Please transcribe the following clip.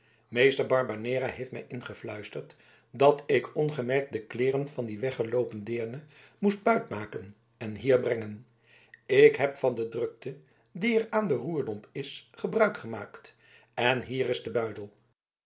meester barbanera heeft mij ingefluisterd dat ik ongemerkt de kleeren van die weggeloopen deerne moest buitmaken en hier brengen ik heb van de drukte die er aan den roerdomp is gebruik gemaakt en hier is de buidel